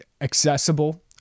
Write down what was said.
accessible